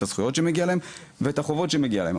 את הזכויות שמגיע להם ואת החובות שמגיע להם,